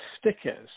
stickers